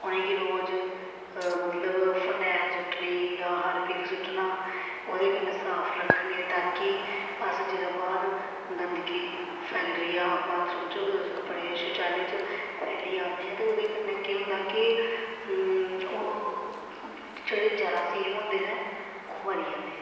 उ'नेंगी रोज मतलब फरनैल सुट्टनी जां हारपिक सुट्टना ओह्दे कन्नै साफ रक्खने ताकि अस जेल्लै बाह्र गंदगी फैलरी ऐ बाथरूम च अपने शौचालय च फैलियै आह्ने आं ते ओह्दे कन्नै केह् होंदा कि जेह्ड़े जरासीम होंदे न ओह् मरी जंदे